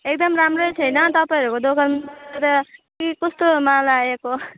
एकदम राम्रै छैन तपाईँहरूको दोकान र के कस्तो माल आएको